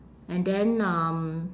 and then um